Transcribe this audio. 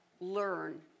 learn